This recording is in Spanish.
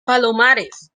palomares